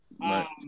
Right